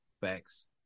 Facts